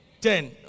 Ten